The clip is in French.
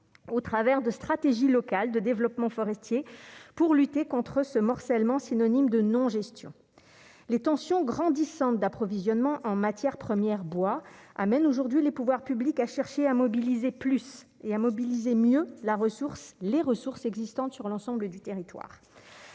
au travers de stratégies locales de développement forestier pour lutter contre ce morcellement synonyme de non gestion les tensions grandissantes d'approvisionnement en matières premières bois amène aujourd'hui les pouvoirs publics a cherché à mobiliser plus et à mobiliser mieux la ressource les ressources existantes sur l'ensemble du territoire